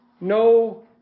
No